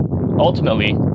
ultimately